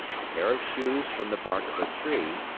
a pair of shoes from the bark of a tree,